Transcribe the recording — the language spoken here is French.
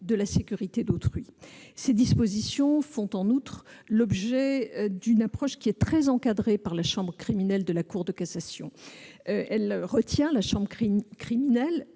de la sécurité d'autrui. Ces dispositions font en outre l'objet d'une approche très encadrée par la chambre criminelle de la Cour de cassation, qui retient la nécessité de